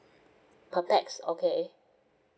per pax okay